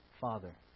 Father